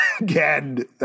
again